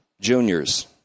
juniors